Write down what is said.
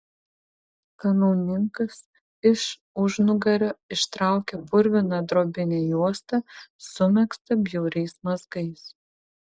kanauninkas iš užnugario ištraukė purviną drobinę juostą sumegztą bjauriais mazgais